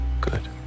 Good